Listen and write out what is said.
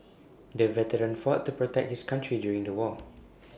the veteran fought to protect his country during the war